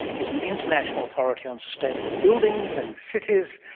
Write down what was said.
he's an international authority on sustainable buildings and cities,